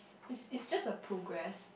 it's it's just a progress